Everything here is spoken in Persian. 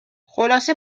خلاصه